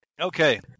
Okay